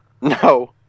no